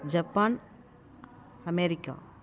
Japan America